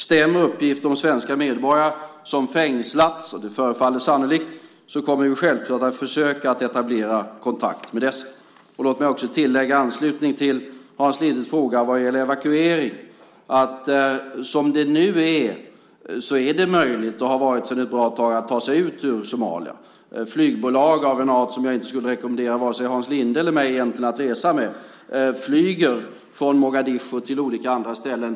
Stämmer uppgifter om svenska medborgare som fängslats, och det förefaller sannolikt, kommer vi självklart att försöka etablera kontakt med dessa. Låt mig tillägga i anslutning till Hans Lindes fråga vad gäller evakuering att det är möjligt, och har varit det sedan ett bra tag, att ta sig ut ur Somalia. Flygbolag av en art som jag inte skulle rekommendera vare sig Hans Linde eller mig att resa med flyger från Mogadishu till olika ställen.